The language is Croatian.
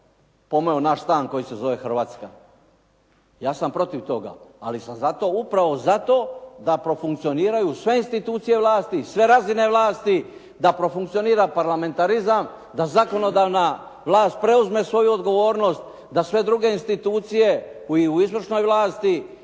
pomeo naš stan koji se zove Hrvatska. Ja sam protiv toga. Ali sam zato upravo za to da profunkcioniraju sve institucije vlasti, sve razine vlasti, da profunkcionira parlamentarizam, da zakonodavna vlast preuzme svoju odgovornost, da sve druge institucije u izvršnoj vlasti